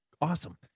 awesome